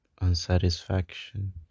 unsatisfaction